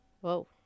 Whoa